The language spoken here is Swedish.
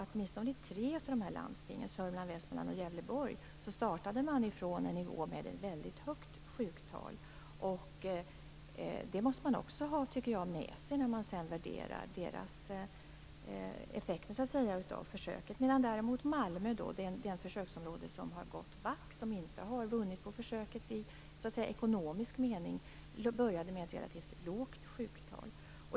I åtminstone tre av dessa landsting, nämligen Södermanland, Västmanland och Gävleborg, startade man från en nivå med ett väldigt högt sjuktal. Det måste man ha med sig när man sedan värderar effekterna av försöken. Däremot hade Malmö, som är det försöksområde som har gått back och inte vunnit i ekonomisk mening på försöket, börjat med ett relativt lågt sjuktal.